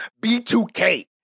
B2K